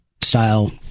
style